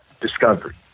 discovery